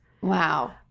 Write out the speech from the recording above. Wow